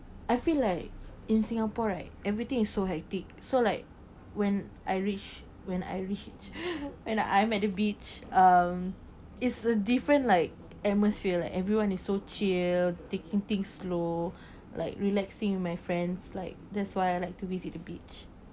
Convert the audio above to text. I feel like in singapore right everything is so hectic so like when I reach when I reach when I am at the beach um it's a different like atmosphere like everyone is so chill taking things slow like relaxing with my friends like that's why I like to visit the beach